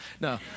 no